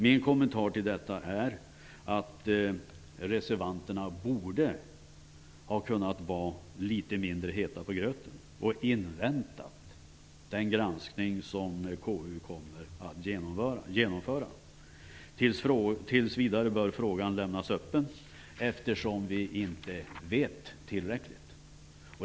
Min kommentar till detta är att reservanterna borde ha kunnat vara litet mindre heta på gröten och invänta den granskning som KU kommer att genomföra. Tills vidare bör frågan lämnas öppen eftersom vi inte vet tillräckligt.